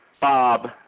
Bob